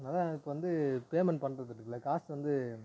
அதான் இப்போது வந்து பேமெண்ட் பண்ணுறது இருக்குதுல்ல காசு வந்து